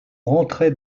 rentrait